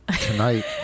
Tonight